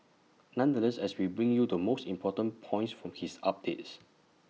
nonetheless as we bring you the most important points from his updates